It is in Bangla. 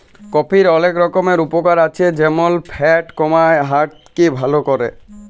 কফির অলেক রকমের উপকার আছে যেমল ফ্যাট কমায়, হার্ট কে ভাল ক্যরে